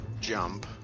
jump